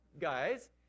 guys